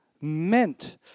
meant